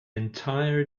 entire